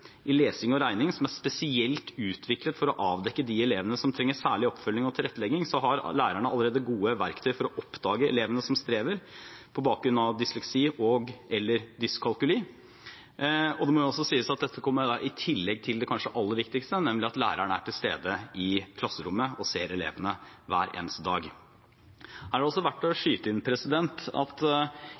i lesing og regning, som er spesielt utviklet for å avdekke de elevene som trenger særlig oppfølging og tilrettelegging, har lærerne allerede gode verktøy for å oppdage elevene som strever på grunn av dysleksi og/eller dyskalkuli. Og det må også sies at dette kommer i tillegg til det kanskje aller viktigste, nemlig at læreren er til stede i klasserommet og ser elevene hver eneste dag. Her er det også verdt å skyte inn at